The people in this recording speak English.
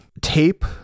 tape